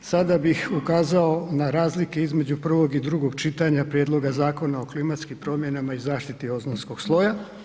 Sada bih ukazao na razlike između prvog i drugog čitanja Prijedloga Zakona o klimatskim promjenama i zaštiti ozonskog sloja.